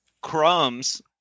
Crumbs